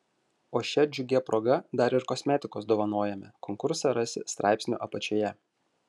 o šia džiugia proga dar ir kosmetikos dovanojame konkursą rasi straipsnio apačioje